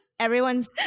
everyone's